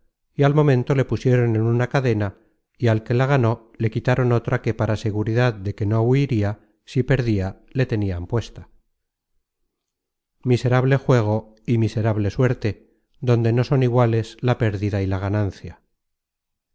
y al momento le pusieron en una cadena y al que la ganó le quitaron otra que para seguridad de que no huiria si perdia le tenian puesta miserable juego y miserable suerte donde no son iguales la pérdida y la ganancia